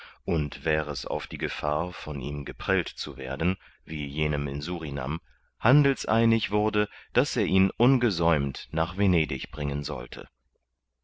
und wär es auf die gefahr von ihm geprellt zu werden wie jenem in surinam handelseinig wurde daß er ihn ungesäumt nach venedig bringen sollte